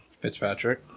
Fitzpatrick